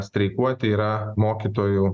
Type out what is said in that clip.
streikuoti yra mokytojų